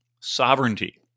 sovereignty